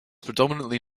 predominantly